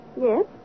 Yes